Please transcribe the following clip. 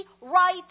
right